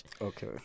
Okay